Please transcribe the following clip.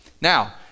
Now